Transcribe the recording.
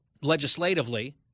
legislatively